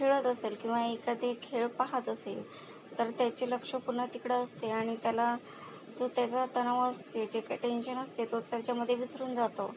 खेळत असेल किंवा एखादी खेळ पहात असेल तर त्याचे लक्ष पूर्ण तिकडं असते आणि त्याला जो त्याचा तणाव असते जे काही टेन्शन असते तो त्याच्यामध्ये विसरून जातो